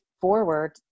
forward